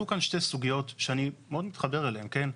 עלו כאן שתי סוגיות שאני מאוד מתחבר אליהן, כן?